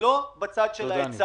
לא ללכת על הצד של ההיצע,